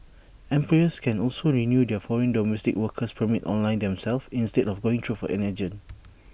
employers can also renew their foreign domestic worker permits online themselves instead of going through an agent